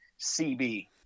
CB